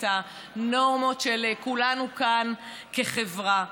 את הנורמות של כולנו כאן כחברה.